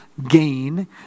gain